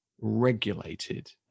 regulated